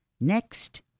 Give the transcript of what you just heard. next